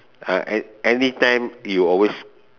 uh an~ anytime you always